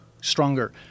stronger